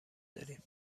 داریم